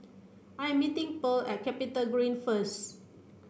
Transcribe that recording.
I am meeting Purl at CapitaGreen first